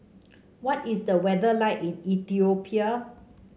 what is the weather like in Ethiopia